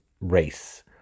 race